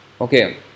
Okay